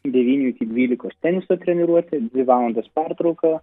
devynių iki dvylikos teniso treniruotė dvi valandos pertrauka